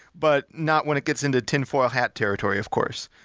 but not when it gets into tinfoil hat territory of course.